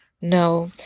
No